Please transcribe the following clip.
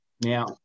Now